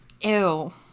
Ew